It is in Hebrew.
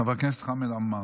חבר הכנסת חמד עמאר,